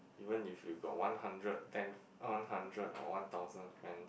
even if you got one hundred ten one hundred or one thousand friends